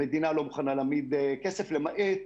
המדינה לא מוכנה להעמיד כסף, למעט